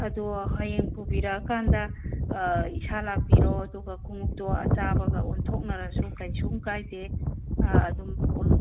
ꯑꯗꯣ ꯍꯌꯦꯡ ꯄꯨꯕꯤꯔꯛꯑꯀꯥꯟꯗ ꯏꯁꯥ ꯂꯥꯛꯄꯤꯔꯣ ꯑꯗꯨꯒ ꯈꯣꯡꯎꯞꯇꯨ ꯑꯆꯥꯕꯒ ꯑꯣꯟꯊꯣꯛꯅꯔꯁꯨ ꯀꯩꯁꯨꯝ ꯀꯥꯏꯗꯦ ꯑꯗꯨꯝ